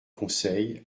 conseil